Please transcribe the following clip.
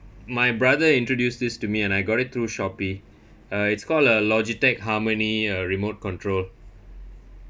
my brother introduced this to me and I got it through Shopee uh it's call a Logitech harmony uh remote control